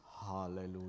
hallelujah